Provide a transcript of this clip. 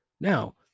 Now